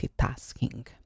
multitasking